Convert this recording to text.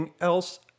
else